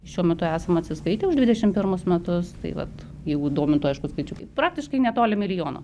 šiuo metu esam atsiskaitę už dvidešim pirmus metus tai vat jeigu domintų aišku skaičiukai praktiškai netoli milijono